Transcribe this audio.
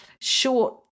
short